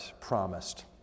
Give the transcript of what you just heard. promised